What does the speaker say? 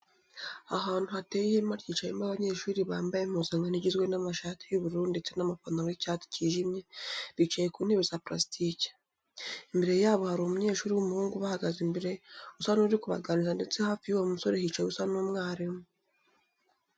Ahantu hateye ihema ryicayemo abanyeshuri bambaye impuzankano igizwe n'amashati y'ubururu ndetse n'amapantaro y'icyatsi kijimye bicayr ku ntebe za purasitike. Imbere yabo hari umunyeshuri w'umuhungu ubahagaze imbere usa n'uri kubaganiriza ndetse hafi y'uwo musore hicaye usa n'umwarimu.